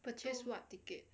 purchased what ticket